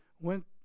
went